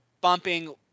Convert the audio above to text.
bumping